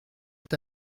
est